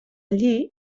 lli